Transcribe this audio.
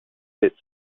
its